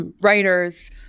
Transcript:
writers